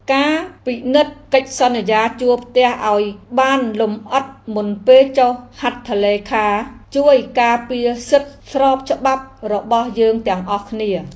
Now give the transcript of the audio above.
ការពិនិត្យកិច្ចសន្យាជួលផ្ទះឱ្យបានលម្អិតមុនពេលចុះហត្ថលេខាជួយការពារសិទ្ធិស្របច្បាប់របស់យើងទាំងអស់គ្នា។